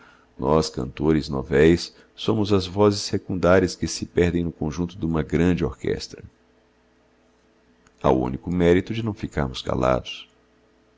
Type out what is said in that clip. nós cantores novéis somos as vozes secundárias que se perdem no conjunto duma grande orquestra há o único mérito de não ficarmos calados